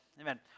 Amen